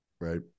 Right